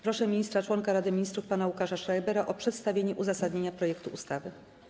Proszę ministra - członka Rady Ministrów pana Łukasza Schreibera o przedstawienie uzasadnienia projektu ustawy.